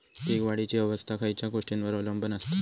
पीक वाढीची अवस्था खयच्या गोष्टींवर अवलंबून असता?